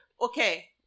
Okay